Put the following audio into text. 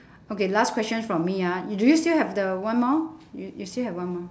okay last question for me ah do you still have the one more you you still have one more